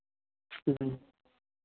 ᱦᱩᱸ